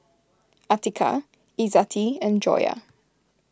Atiqah Izzati and Joyah